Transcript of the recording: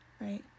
right